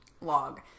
log